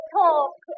talk